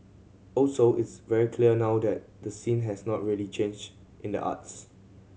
also it's very clear now that the scene has not really changed in the arts